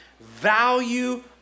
value